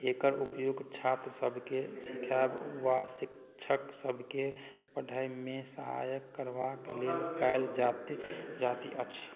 एकर उपयोग छात्र सभकेँ सिखाएब वा शिक्षक सभकेँ पढ़ैमे सहायता करबाक लेल कएल जाइत जाइत अछि